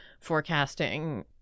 forecasting